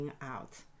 out